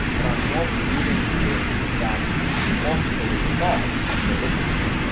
that are not giving you that cost per result that you're looking for.